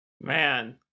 Man